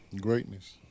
Greatness